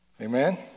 Amen